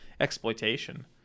exploitation